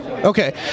Okay